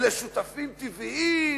אלה שותפים טבעיים,